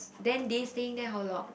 then did you staying there how long